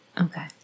Okay